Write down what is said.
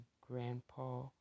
grandpa